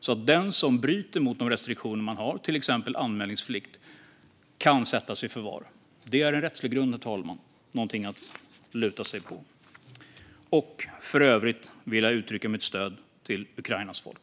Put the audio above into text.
Då kan den som bryter mot de restriktioner som finns, till exempel anmälningsplikt, sättas i förvar. Det är en rättslig grund, herr talman, och någonting att luta sig mot. För övrigt vill jag uttrycka mitt stöd till Ukrainas folk.